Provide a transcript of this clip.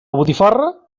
botifarra